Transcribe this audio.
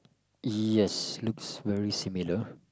yes looks very similar